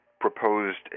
proposed